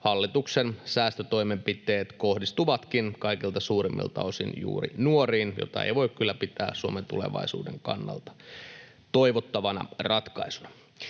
hallituksen säästötoimenpiteet kohdistuvat kaikista suurimmilta osin juuri nuoriin, mitä ei voi kyllä pitää Suomen tulevaisuuden kannalta toivottavana ratkaisuna.